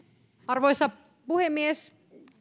arvoisa puhemies